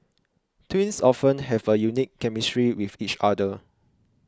twins often have a unique chemistry with each other